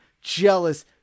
jealous